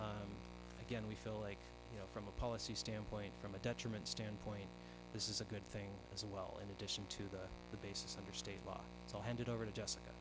again we feel like you know from a policy standpoint from a detriment standpoint this is a good thing as well in addition to that the basis of the state law so i handed over to jessica